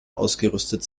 ausgerüstet